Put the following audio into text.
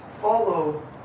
follow